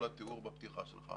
כל התיאור בפתיחה שלך,